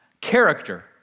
Character